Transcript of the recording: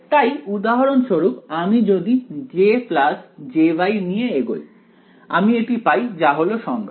তাই উদাহরণস্বরূপ আমি যদি J jY নিয়ে এগোই আমি এটি পাই যা হলো সংজ্ঞা